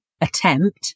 attempt